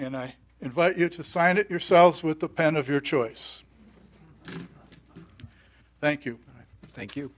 and i invite you to sign it yourselves with a pen of your choice thank you thank you